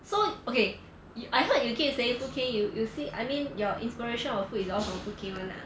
so okay I heard you keep saying food king you you see I mean your inspiration of food is all from food king [one] ah